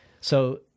So-